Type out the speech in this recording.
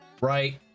right